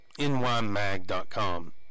nymag.com